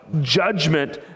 judgment